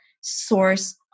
source